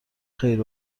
خیر